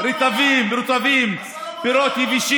הסלמון עלה.